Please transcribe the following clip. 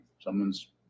Someone's